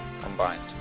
combined